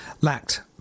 lacked